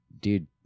dude